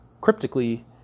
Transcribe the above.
cryptically